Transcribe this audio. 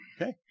okay